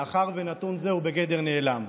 מאחר שנתון זה הוא בגדר נעלם.